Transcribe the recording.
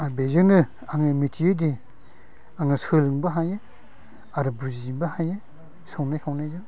बेजोंनो आं मिथियोदि आङो सोलोंनोबो हायो आरो बुजिनोबो हायो संनाय खावनायजों